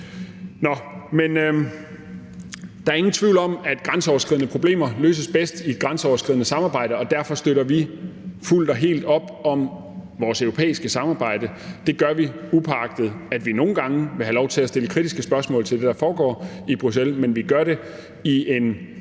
der er ingen tvivl om, at grænseoverskridende problemer løses bedst i et grænseoverskridende samarbejde, og derfor støtter vi fuldt og helt op om vores europæiske samarbejde. Det gør vi, upåagtet at vi nogle gange vil have lov til at stille kritiske spørgsmål til det, der foregår i Bruxelles. Men vi gør det i en